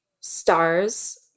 stars